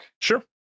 Sure